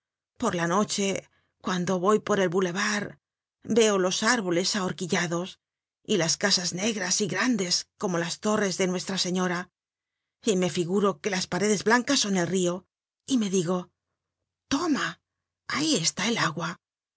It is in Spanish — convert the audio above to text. por la noche cuando voy por el boulevard veo los árboles ahorquillados y las casas negras y grandes como las torres de nuestra señora y me figuro que las paredes blancas son el rio y me digo toma ahí está el agua